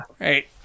Right